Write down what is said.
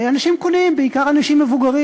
אנשים קונים, בעיקר אנשים מבוגרים?